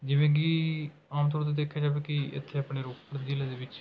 ਜਿਵੇਂ ਕਿ ਆਮ ਤੌਰ 'ਤੇ ਦੇਖਿਆ ਜਾਵੇ ਕਿ ਇੱਥੇ ਆਪਣੇ ਰੋਪੜ ਜ਼ਿਲ੍ਹੇ ਦੇ ਵਿੱਚ